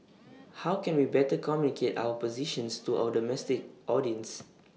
how can we better our positions to our domestic audience